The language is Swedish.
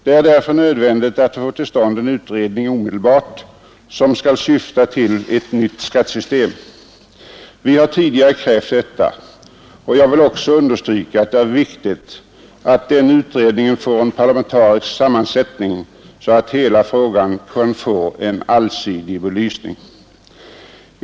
Det är därför nödvändigt att omedelbart få till stånd en utredning, som skall syfta till ett nytt skattesystem. Vi har tidigare krävt detta, och jag vill också understryka att det är viktigt att den utredningen får en parlamentarisk sammansättning, så att hela frågan kan få en allsidig belysning.